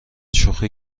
شوخی